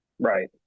Right